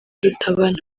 rutabana